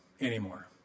anymore